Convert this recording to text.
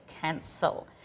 cancel